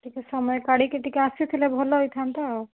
ଟିକିଏ ସମୟ କାଢ଼ିକି ଟିକିଏ ଆସିଥିଲେ ଭଲ ହେଇଥାନ୍ତା ଆଉ